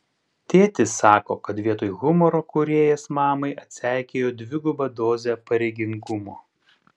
tėtis sako kad vietoj humoro kūrėjas mamai atseikėjo dvigubą dozę pareigingumo